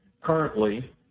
currently